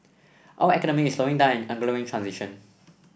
our economy is slowing down and undergoing transition